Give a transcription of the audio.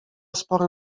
spory